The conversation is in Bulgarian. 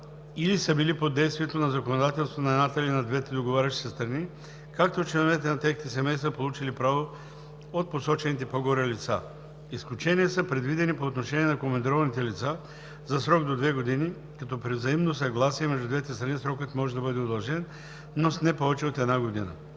или са били под действието на законодателството на едната или на двете договарящи се страни, както и членовете на техните семейства, получили право от посочените по-горе лица. Изключения са предвидени по отношение на командированите лица (за срок до 2 години, като при взаимно съгласие между двете страни срокът може да бъде удължен, но с не повече от една година),